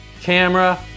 camera